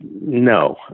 No